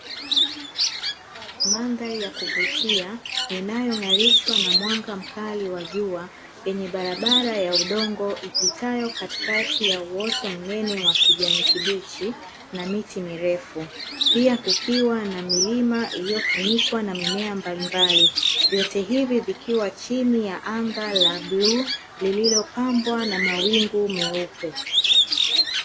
Mandhari ya kuvutia inayong'arishwa na mwanga mkali wa jua yenye barabara ya udongo ipitayo katikati ya uoto mnene wa kijani kibichi na miti mirefu, pia kukiwa na milima iliyofunikwa na mimea mbalimbali. Vyote hivi vikiwa chini ya anga la bluu lililopambwa na mawingu meupe.